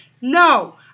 No